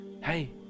Hey